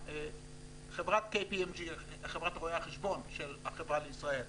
חברת רואי החשבון של החברה לישראל,